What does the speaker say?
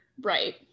Right